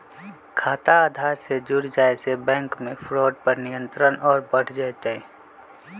खाता आधार से जुड़ जाये से बैंक मे फ्रॉड पर नियंत्रण और बढ़ जय तय